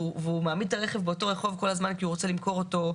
והוא מעמיד את הרכב באותו רחוב כל הזמן כי הוא רוצה למכור אותו,